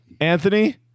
Anthony